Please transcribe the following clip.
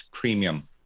premium